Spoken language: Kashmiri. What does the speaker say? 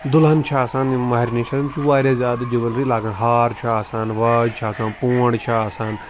دُلہن چھِ آسان یِم مہرِنہِ چھِ آسان تِم چھِ واریاہ زیادٕ جُوٮ۪لری لگان ہار چھُ آسان واج چھِ آسان پونٛڈ چھِ آسان